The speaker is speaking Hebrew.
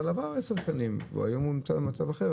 עברו 10 שנים והיום הוא נמצא במצב אחר.